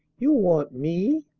you want me!